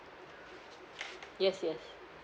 yes yes